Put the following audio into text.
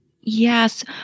Yes